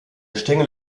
stängel